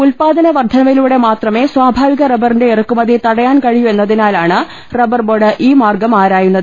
ഉൽപാദന വർധനവിലൂടെ മാത്രമേ സ്വാഭാവിക റബറിന്റെ ഇറക്കുമതി തടയാൻ കഴിയൂ എന്നതിനാലാണ് റബർ ബോർഡ് ഈ മാർഗം ആരായുന്നത്